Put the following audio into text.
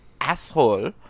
asshole